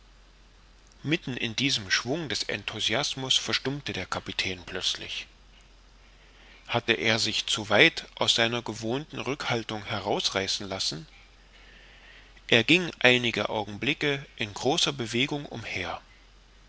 mitten in diesem schwung des enthusiasmus verstummte der kapitän plötzlich hatte er sich zu weit aus seiner gewohnten rückhaltung herausreißen lassen er ging einige augenblicke in großer bewegung umher